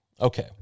Okay